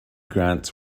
grants